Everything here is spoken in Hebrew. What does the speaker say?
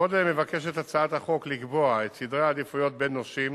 עוד מבקשת הצעת החוק לקבוע את סדרי העדיפויות בין נושים,